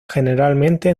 generalmente